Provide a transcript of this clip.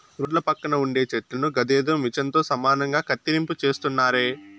రోడ్ల పక్కన ఉండే చెట్లను గదేదో మిచన్ తో సమానంగా కత్తిరింపు చేస్తున్నారే